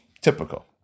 Typical